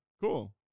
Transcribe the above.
Cool